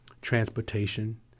transportation